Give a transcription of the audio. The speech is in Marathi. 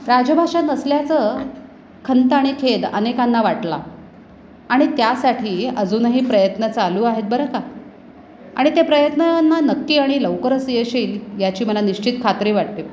राजभाषा नसल्याचं खंत आणि खेद अनेकांना वाटला आणि त्यासाठी अजूनही प्रयत्न चालू आहेत बरं का आणि ते प्रयत्नांना नक्की आणि लवकरच यश येईल याची मला निश्चित खात्री वाटते